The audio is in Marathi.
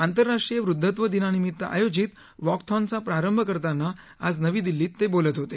आंतरराष्ट्रीय वृद्धत्व दिनानिमित्त आयोजित वॉक थॉनचा प्रारंभ करताना आज नवी दिल्लीत ते बोलत होते